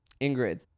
Ingrid